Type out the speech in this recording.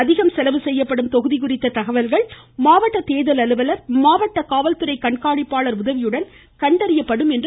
அதிகம் செலவு செய்யப்படும் தொகுதி குறித்த தகவல்கள் மாவட்ட தேர்தல் அலுவலர் மாவட்ட காவல் கண்காணிப்பாளர் உதவியுடன் கண்டறியப்படும் என்றார்